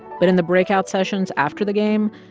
but in the breakout sessions after the game,